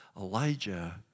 Elijah